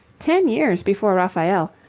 ten years before raphael,